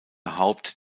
haupt